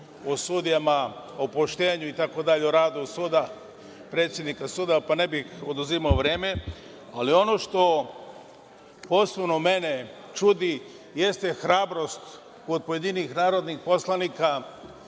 o sudijama, o poštenju, o radu suda, itd, predsednika suda, pa ne bih oduzimao vreme. Ali, ono što posebno mene čudi jeste hrabrost od pojedinih narodnih poslanika